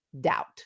doubt